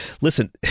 listen